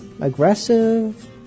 aggressive